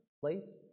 place